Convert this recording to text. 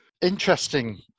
Interesting